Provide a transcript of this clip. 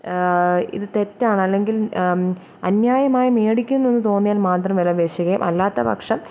ഇത് തെറ്റാണ് അല്ലെങ്കിൽ അന്യായമായി മേടിക്കുന്നു എന്ന് തോന്നിയാൽ മാത്രം വില പേശുകയും അല്ലാത്ത പക്ഷം